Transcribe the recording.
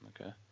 Okay